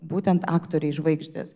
būtent aktoriai žvaigždės